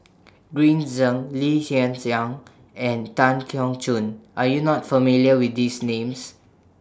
Green Zeng Lee Hsien Yang and Tan Keong Choon Are YOU not familiar with These Names